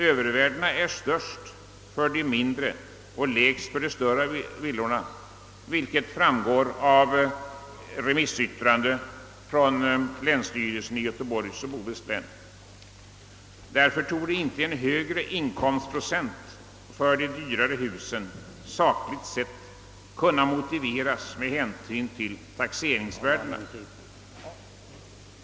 Överpriserna blir relativt sett större för villor i de lägre prisklasserna än för de dyrare villorna, vilket framgår av remissyttrande från länsstyrelsen i Göteborgs och Bohus län. Därför torde en högre inkomstprocent för de dyrare husen sakligt sett inte kunna motiveras med hänsyn till taxeringsvärdena.